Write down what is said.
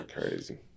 crazy